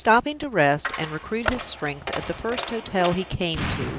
stopping to rest and recruit his strength at the first hotel he came to,